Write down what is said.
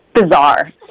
bizarre